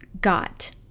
got